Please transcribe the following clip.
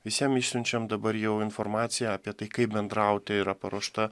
visiem išsiunčiam dabar jau informaciją apie tai kaip bendrauti yra paruošta